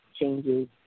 changes